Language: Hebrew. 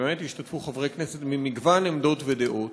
ובאמת השתתפו חברי כנסת ממגוון עמדות ודעות,